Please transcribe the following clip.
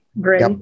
Great